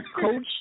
Coach